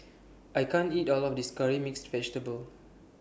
I can't eat All of This Curry Mixed Vegetable